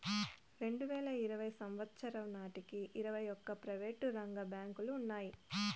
రెండువేల ఇరవై సంవచ్చరం నాటికి ఇరవై ఒక్క ప్రైవేటు రంగ బ్యాంకులు ఉన్నాయి